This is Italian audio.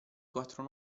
quattro